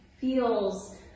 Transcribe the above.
feels